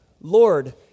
Lord